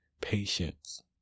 patience